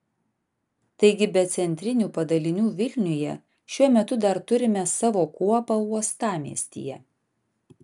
taigi be centrinių padalinių vilniuje šiuo metu dar turime savo kuopą uostamiestyje